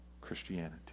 Christianity